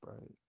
right